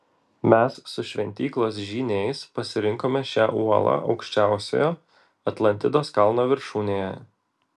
mes su šventyklos žyniais pasirinkome šią uolą aukščiausiojo atlantidos kalno viršūnėje